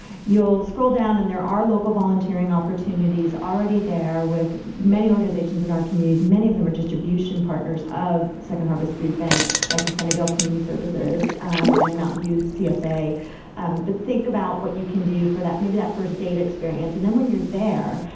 you'll scroll down and there are local volunteering opportunities already there with many organizations in our communities. many of them are distribution partners of second harvest food bank, like the sunnyvale community services um and mountain view csa. but think about what you can do for that, maybe that first date experience. and then when you're there,